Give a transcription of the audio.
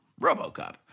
Robocop